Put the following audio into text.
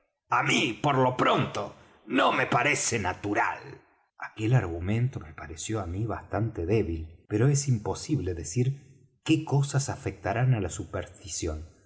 á mí por lo pronto no me parece natural aquel argumento me pareció á mí bastante débil pero es imposible decir qué cosas afectarán á la superstición